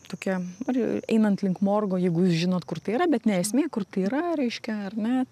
tokia ir einant link morgo jeigu jūs žinot kur tai yra bet ne esmė kur tai yra reiškia ar ne